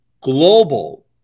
global